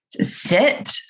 sit